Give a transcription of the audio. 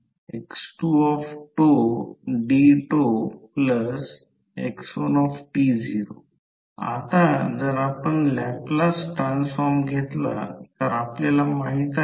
तर ∅1 ∅2 ∅3 ही उत्तरे आहेत हे एक उत्तर आहे कृपया सर्व रिलक्टन्सची गणना केली आहे